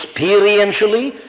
experientially